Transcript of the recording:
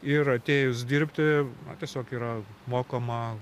ir atėjus dirbti na tiesiog yra mokoma